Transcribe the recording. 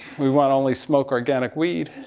we want to only smoke organic weed.